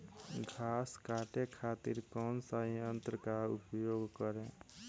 घास काटे खातिर कौन सा यंत्र का उपयोग करें?